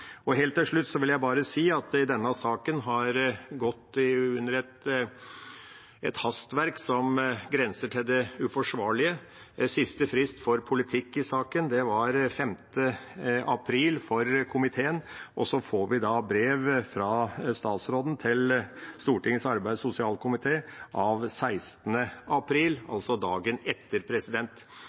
Helt til slutt vil jeg bare si at denne saken har gått under et hastverk som grenser til det uforsvarlige. Siste frist for politikk i saken var 15. april for komiteen, og så får vi da brev fra statsråden til Stortingets arbeids- og sosialkomité av 16. april, altså dagen etter.